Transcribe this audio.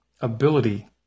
ability